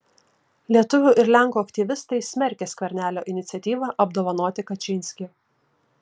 lietuvių ir lenkų aktyvistai smerkia skvernelio iniciatyvą apdovanoti kačynskį